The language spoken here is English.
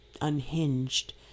unhinged